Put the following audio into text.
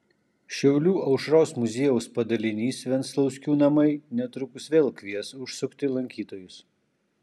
šiaulių aušros muziejaus padalinys venclauskių namai netrukus vėl kvies užsukti lankytojus